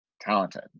talented